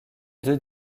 deux